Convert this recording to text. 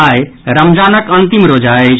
आई रमजानक अंतिम रोजा अछि